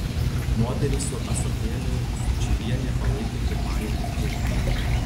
moterį su ąsotėliu sučylienė palaikė pirmąja pirkėja